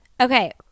Okay